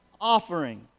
offering